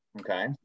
Okay